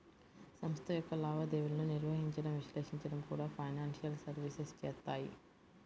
సంస్థ యొక్క లావాదేవీలను నిర్వహించడం, విశ్లేషించడం కూడా ఫైనాన్షియల్ సర్వీసెస్ చేత్తాయి